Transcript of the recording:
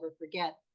forget